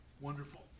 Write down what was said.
Wonderful